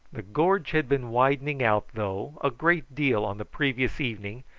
the gorge had been widening out, though, a great deal on the previous evening,